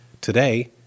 Today